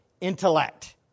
intellect